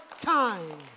time